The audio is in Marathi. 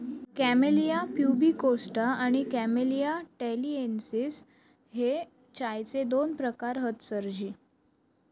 कॅमेलिया प्यूबिकोस्टा आणि कॅमेलिया टॅलिएन्सिस हे चायचे दोन प्रकार हत सरजी